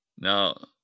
Now